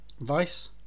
Vice